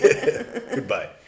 Goodbye